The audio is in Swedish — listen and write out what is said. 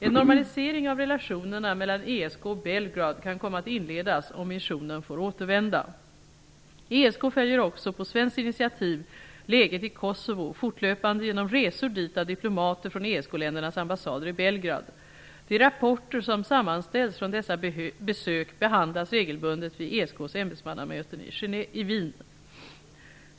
En normalisering av relationerna mellan ESK och Belgrad kan komma att inledas om missionen får återvända. ESK följer också, på svenskt initiativ, läget i Kosovo fortlöpande genom resor dit av diplomater från ESK-ländernas ambassader i Belgrad. De rapporter som sammanställs från dessa besök behandlas regelbundet vid ESK:s ämbetsmannamöten i Wien.